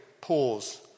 pause